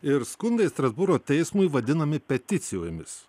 ir skundai strasbūro teismui vadinami peticijomis